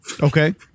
Okay